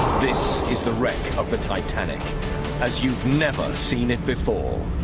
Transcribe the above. this is the wreck of the titanic as you've never seen it before.